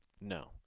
No